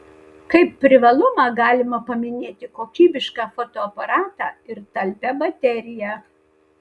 kaip privalumą galima paminėti kokybišką fotoaparatą ir talpią bateriją